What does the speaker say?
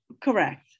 Correct